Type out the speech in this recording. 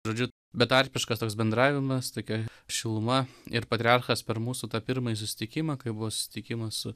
žodžiu betarpiškas toks bendravimas tokia šiluma ir patriarchas per mūsų tą pirmąjį susitikimą kaip buvo susitikimas su